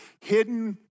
hidden